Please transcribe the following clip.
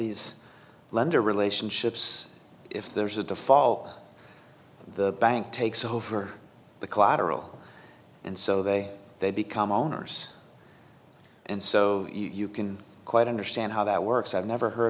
these lender relationships if there's a fall the bank takes over the collateral and so they they become owners and so you can quite understand how that works i've never heard